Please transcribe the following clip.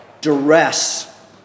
duress